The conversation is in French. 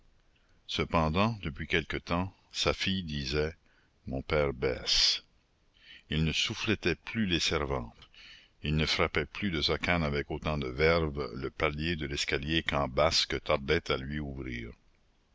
cependant depuis quelque temps sa fille disait mon père baisse il ne souffletait plus les servantes il ne frappait plus de sa canne avec autant de verve le palier de l'escalier quand basque tardait à lui ouvrir